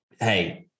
Hey